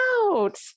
out